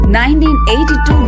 1982